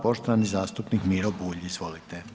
Poštovani zastupnik Miro Bulj, izvolite.